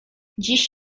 dziś